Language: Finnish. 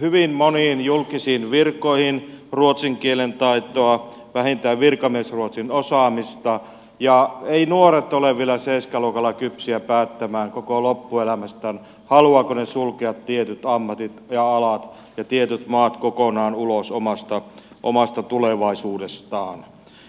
hyvin moniin julkisiin virkoihin ruotsin kielen taitoa vähintään virkamiesruotsin osaamista ja eivät nuoret ole vielä seiskaluokalla kypsiä päättämään koko loppuelämästään haluavatko he sulkea tietyt ammatit ja alat ja tietyt maat kokonaan ulos omasta tulevaisuudestaan